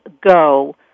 Go